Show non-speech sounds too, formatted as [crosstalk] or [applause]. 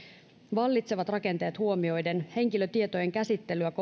vallitsevat rakenteet huomioiden henkilötietojen käsittelyä [unintelligible]